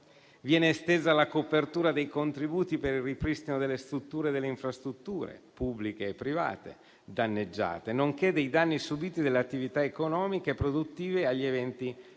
Viene estesa la copertura dei contributi per il ripristino delle strutture e delle infrastrutture pubbliche e private danneggiate, nonché dei danni subiti dalle attività economiche e produttive in